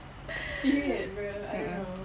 a'ah